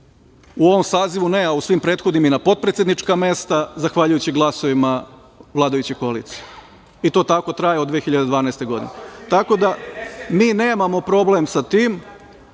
u ovom sazivu ne, a u svim prethodnim i na potpredsednička mesta, zahvaljujući glasovima vladajuće koalicije, i to tako traje od 2012. godine. Mi nemamo problem sa tim,